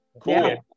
Cool